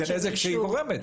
זה נזק שהיא גורמת.